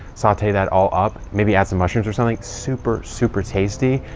saute that all up. maybe add some mushrooms or something. super, super tasty.